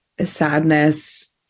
sadness